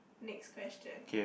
next question